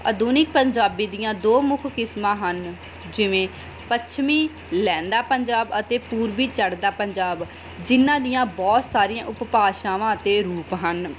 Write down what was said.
ਆਧੁਨਿਕ ਪੰਜਾਬੀ ਦੀਆਂ ਦੋ ਮੁੱਖ ਕਿਸਮਾਂ ਹਨ ਜਿਵੇਂ ਪੱਛਮੀ ਲਹਿੰਦਾ ਪੰਜਾਬ ਅਤੇ ਪੂਰਵੀ ਚੜ੍ਹਦਾ ਪੰਜਾਬ ਜਿਹਨਾਂ ਦੀਆਂ ਬਹੁਤ ਸਾਰੀਆਂ ਉਪਭਾਸ਼ਾਵਾਂ ਅਤੇ ਰੂਪ ਹਨ